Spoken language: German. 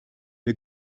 der